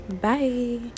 Bye